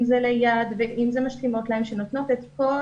אם זה ליד ואם זה משלימות להן שנותנות את כל